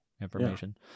information